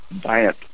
diet